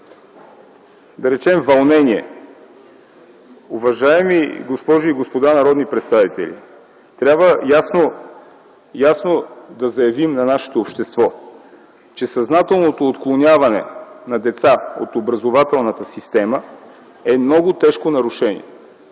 да речем, вълнение. Уважаеми госпожи и господа народни представители, трябва ясно да заявим на нашето общество, че съзнателното отклоняване на деца от образователната система е много тежко нарушение.